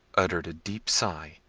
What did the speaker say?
uttered a deep sigh,